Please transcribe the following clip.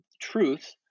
truth